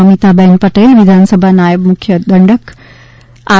અમિતાબેન પટેલ વિધાનસભાના નાયબ મુખ્ય દંડક આર